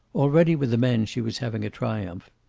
already with the men she was having a triumph.